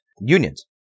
unions